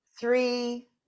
three